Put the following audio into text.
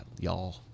y'all